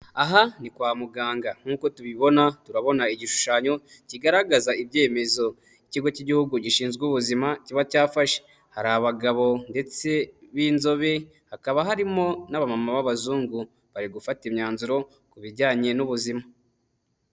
Aha ni kwa muganga nkuko tubibona, turabona igishushanyo kigaragaza ibyemezo ikigo cy'igihugu gishinzwe ubuzima kiba cyafashe, hari abagabo ndetse b'inzobe hakaba harimo naba mama b'abazungu bari gufata imyanzuro ku bijyanye n'ubuzima.